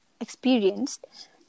experienced